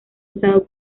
usado